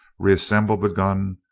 reassembled the gun,